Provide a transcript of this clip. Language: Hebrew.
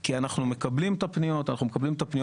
כי אנחנו מקבלים את הפניות מתושבים,